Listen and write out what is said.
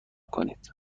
کنید